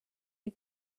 you